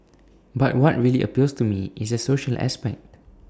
but what really appeals to me is the social aspect